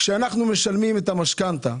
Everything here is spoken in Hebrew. כשאנחנו משלמים משכנתה,